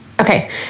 okay